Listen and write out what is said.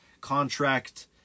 contract